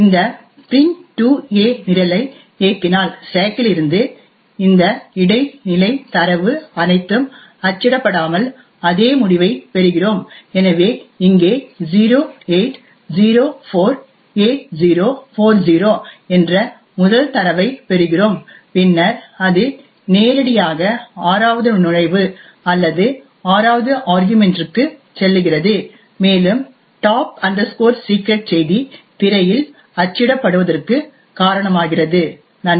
இந்த print2a நிரலை இயக்கினால் ஸ்டேக்கிலிருந்து இந்த இடைநிலை தரவு அனைத்தும் அச்சிடப்படாமல் அதே முடிவைப் பெறுகிறோம் எனவே இங்கே 0804a040 என்ற முதல் தரவைப் பெறுகிறோம் பின்னர் அது நேரடியாக ஆறாவது நுழைவு அல்லது ஆறாவது ஆர்கியுமென்ட்டிற்கு செல்லுகிறது மேலும் டாப் செக்ரெட் top secret செய்தி திரையில் அச்சிடப்படுவதற்கு காரணமாகிறது நன்றி